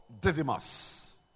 Didymus